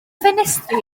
ffenestri